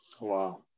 Wow